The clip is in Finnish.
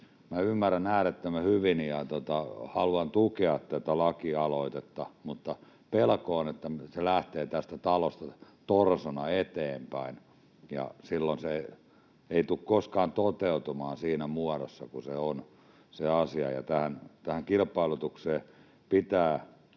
tämän äärettömän hyvin ja haluan tukea tätä lakialoitetta, mutta pelko on, että se lähtee tästä talosta torsona eteenpäin, ja silloin se ei tule koskaan toteutumaan siinä muodossa kuin se asia on. Kilpailutuksen